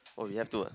oh we have to ah